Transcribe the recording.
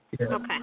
Okay